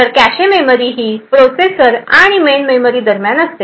तर cache memory ही processor आणि मेन मेमरी दरम्यान असते